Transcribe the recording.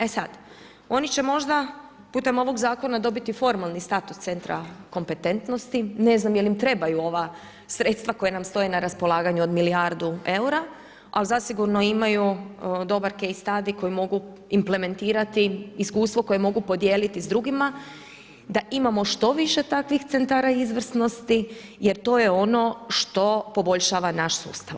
E sad, oni će možda putem ovog zakona dobiti formalni status Centra kompetentnosti, ne znam je li im trebaju ova sredstva koja nam stoje na raspolaganju od milijardu eura ali zasigurno imaju dobar key study koji mogu implementirati, iskustvo koje mogu podijeliti s drugima da imamo što više takvih centara izvrsnosti jer to je on što poboljšava naš sustav.